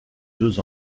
deux